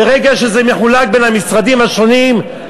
ברגע שזה מחולק בין המשרדים השונים,